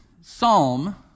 psalm